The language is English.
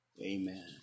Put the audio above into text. Amen